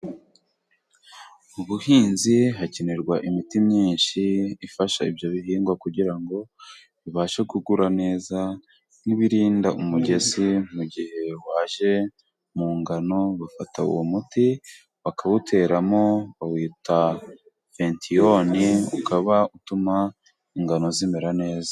Mu buhinzi hakenerwa imiti myinshi ifasha ibyo bihingwa kugira ngo bibashe gukura neza, nk'ibirinda umugese mu gihe waje mu ngano, bafata uwo muti bakawuteramo bawita fentiyoni, ukaba utuma ingano zimera neza.